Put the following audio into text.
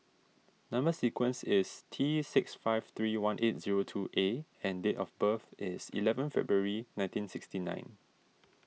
Number Sequence is T six five three one eight zero two A and date of birth is eleven February nineteen sixty nine